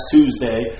Tuesday